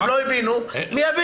הם לא הבינו, הם יבינו.